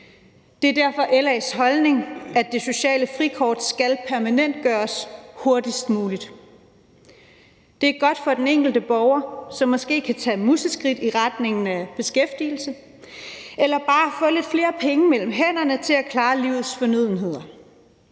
Det er derfor LA's holdning, at det sociale frikort skal permanentgøres hurtigst muligt. Det er godt for den enkelte borger, som måske kan tage museskridt i retning af beskæftigelse eller bare at få lidt flere penge mellem hænderne til at klare livets fornødenheder.